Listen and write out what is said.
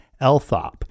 Elthop